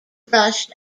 brushed